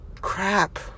Crap